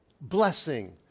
Blessing